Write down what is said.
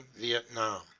vietnam